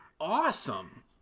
awesome